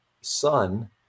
son